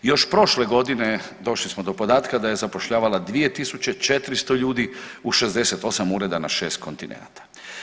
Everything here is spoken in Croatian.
Još prošle godine došli smo do podatka da je zapošljavala 2 tisuće 400 ljudi u 68 ureda na 6 kontinenata.